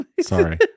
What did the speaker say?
Sorry